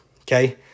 okay